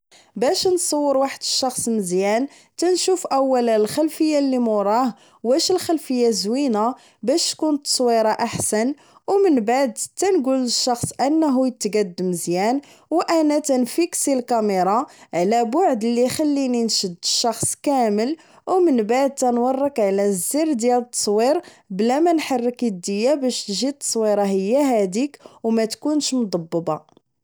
باش نصور واحد الشخص مزيان نشوف اولا الخلفية اللي وراه واش الخلفية زوينة باش تكون التصويرة احسن و من بعد تنكول للشخص انه يتكاد مزيان و انا تنفيكسي الكاميرة على بعد اللي يخليني نشد الشخص كامل ومن بعد تنورك على زر ديال التصوير بلا مانحرك ايديا باش تجي التصويرة هي هاديك ما تكونش مضببة